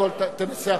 הכנסת,